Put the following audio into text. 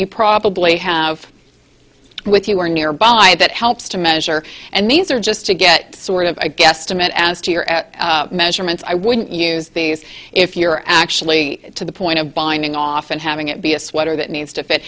you probably have with you or nearby that helps to measure and these are just to get sort of a guesstimate as to your measurements i wouldn't use these if you're actually to the point of binding off and having it be a sweater that needs to fit